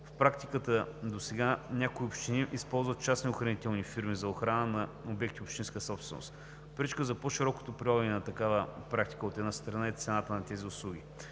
В практиката досега някои общини използват частни охранителни фирми за охрана на обекти общинска собственост. Пречка за по-широкото прилагане на такава практика, от една страна, е цената на тези услуги.